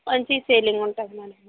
మంచి సెల్లింగ్ ఉంటుంది మ్యాడమ్